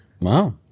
Wow